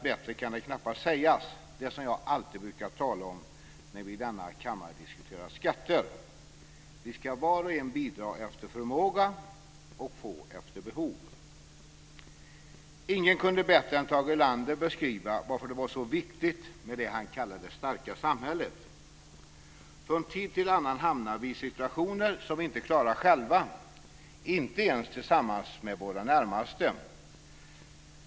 Bättre kan det knappast sägas - det som jag alltid brukar tala om när vi i denna kammare diskuterar skatter: Vi ska var och en bidra efter förmåga och få efter behov. Ingen kunde bättre än Tage Erlander beskriva varför det var så viktigt med det han kallade "det starka samhället". Från tid till annan hamnar vi i situationer som vi inte klarar själva, inte ens tillsammans med våra närmaste.